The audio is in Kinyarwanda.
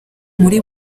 muri